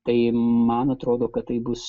tai man atrodo kad tai bus